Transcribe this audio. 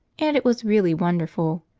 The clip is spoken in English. and it was really wonderful.